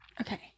okay